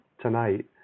tonight